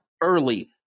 early